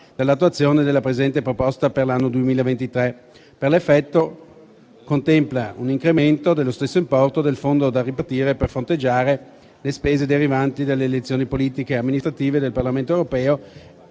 dall'attuazione della presente proposta per l'anno 2023 e, pertanto, contempla un incremento dello stesso importo del Fondo da ripartire per fronteggiare le spese derivanti dalle elezioni politiche, amministrative e del Parlamento europeo